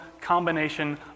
combination